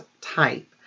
type